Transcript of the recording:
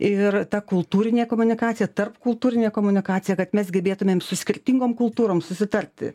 ir ta kultūrinė komunikacija tarpkultūrinė komunikacija kad mes gebėtumėm su skirtingom kultūrom susitarti